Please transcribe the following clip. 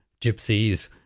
gypsies